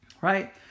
right